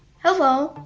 hello,